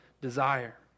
desire